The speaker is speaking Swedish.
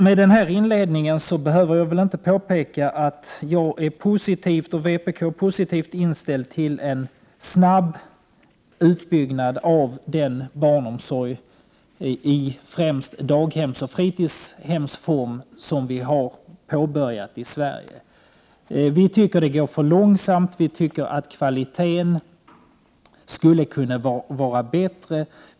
Med denna inledning behöver jag väl inte påpeka att jag och övriga i vpk är positivt inställda till en snabb utbyggnad av barnomsorgen i främst daghemsoch fritidshemsform som har påbörjats i Sverige. Vi tycker att utbyggnaden går för långsamt och att kvaliteten skulle kunna vara bättre.